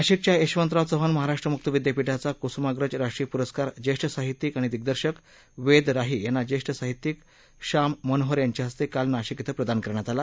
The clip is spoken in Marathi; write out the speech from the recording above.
नाशिकच्या यशवतराव चव्हाण महाराष्ट्र मुक्त विद्यापीठाचा कुसुमाग्रज राष्ट्रीय पुरस्कार ज्येष्ठ साहित्यिक आणि दिग्दर्शक वेद राही यांना ज्येष्ठ साहित्यिक श्याम मनोहर यांच्या हस्ते काल नाशिक िक्वे प्रदान करण्यात आला